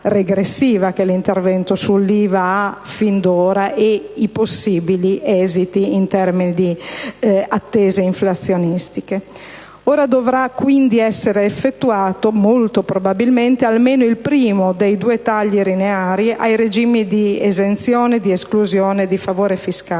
che l'intervento sull'IVA ha fin da ora e i possibili esiti in termini di attese inflazionistiche. Dovrà quindi essere effettuato, molto probabilmente, almeno il primo dei due tagli lineari ai regimi di esenzione, esclusione e favore fiscale,